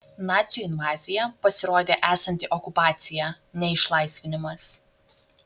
nacių invazija pasirodė esanti okupacija ne išlaisvinimas